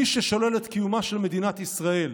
מי ששולל את קיומה של מדינת ישראל,